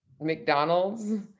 McDonald's